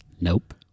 Nope